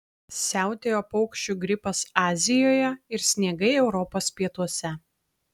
siautėjo paukščių gripas azijoje ir sniegai europos pietuose